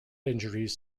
injuries